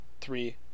three